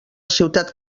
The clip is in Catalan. ciutat